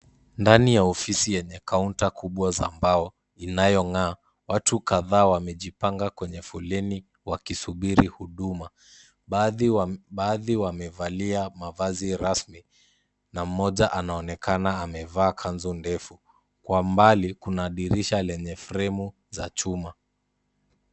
Ndani ya ofisi yenye kaunta kubwa za mbao inayong'aa, watu kadhaa wamejipanga kwenye foleni wakisubiri huduma, baadhi wamevalia mavazi rasmi na mmoja anaonekana amevaa kanzu ndefu, kwa mbali kuna ndirisha lenye fremu za chuma.